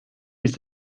ist